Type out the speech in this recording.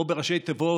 או בראשי תיבות: